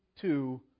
two